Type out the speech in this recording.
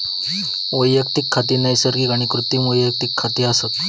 वैयक्तिक खाती नैसर्गिक आणि कृत्रिम वैयक्तिक खाती असत